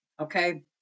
okay